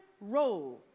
role